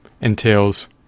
entails